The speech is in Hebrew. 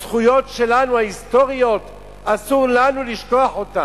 הזכויות ההיסטוריות שלנו, אסור לנו לשכוח אותן,